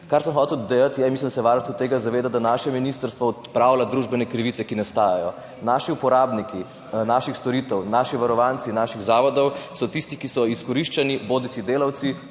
Kar sem hotel dejati je, in mislim, da se Varuh tega zaveda, da naše ministrstvo odpravlja družbene krivice, ki nastajajo. Naši uporabniki naših storitev, naši varovanci naših zavodov so tisti, ki so izkoriščani, bodisi delavci,